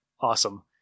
awesome